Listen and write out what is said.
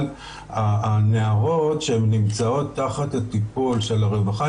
אבל הנערות שהן נמצאות תחת הטיפול של הרווחה,